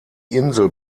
insel